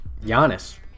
Giannis